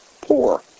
poor